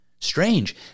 Strange